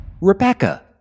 Rebecca